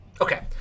Okay